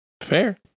Fair